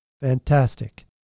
fantastic